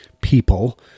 people